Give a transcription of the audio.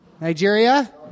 Nigeria